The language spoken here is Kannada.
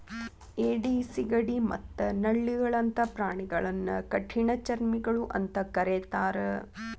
ಏಡಿ, ಸಿಗಡಿ ಮತ್ತ ನಳ್ಳಿಗಳಂತ ಪ್ರಾಣಿಗಳನ್ನ ಕಠಿಣಚರ್ಮಿಗಳು ಅಂತ ಕರೇತಾರ